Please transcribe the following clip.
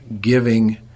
giving